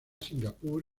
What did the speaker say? singapur